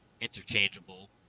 Interchangeable